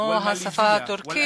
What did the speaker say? כמו השפה הטורקית,